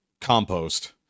compost